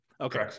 Okay